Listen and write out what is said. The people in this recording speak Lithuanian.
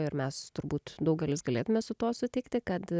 ir mes turbūt daugelis galėtume su tuo sutikti kad